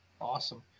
Awesome